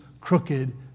crooked